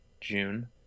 June